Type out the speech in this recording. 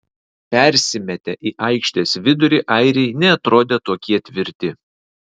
persimetę į aikštės vidurį airiai neatrodė tokie tvirti